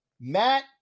Matt